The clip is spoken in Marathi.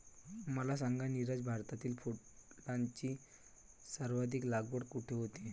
मला सांगा नीरज, भारतात फुलांची सर्वाधिक लागवड कुठे होते?